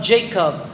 Jacob